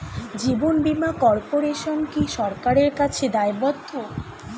জীবন বীমা কর্পোরেশন কি সরকারের কাছে দায়বদ্ধ?